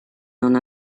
non